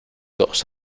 dos